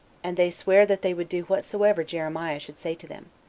and they sware that they would do whatsoever jeremiah should say to them.